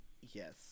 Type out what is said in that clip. yes